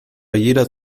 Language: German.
jeder